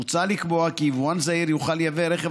מוצע לקבוע כי יבואן זעיר יוכל לייבא רכב